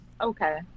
Okay